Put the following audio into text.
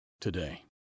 today